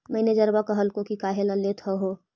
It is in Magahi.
मैनेजरवा कहलको कि काहेला लेथ हहो?